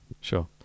Sure